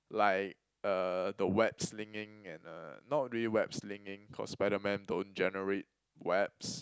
like uh the web slinging and uh not really web slinging cause Spiderman don't generate webs